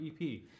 EP